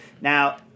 Now